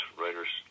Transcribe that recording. writers